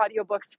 audiobooks